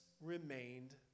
remained